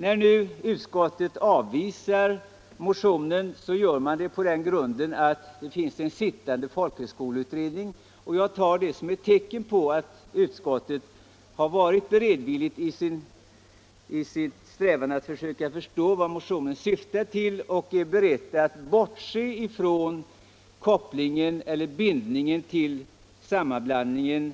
När nu utskottet avvisar motionen gör man det på den grunden att det finns en sittande folkhögskoleutredning. Jag tar detta som ett tecken på att utskottet varit välvilligt inställt till motionens syfte och är berett att bortse från den koppling som gjorts till frågan om fusionen